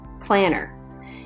planner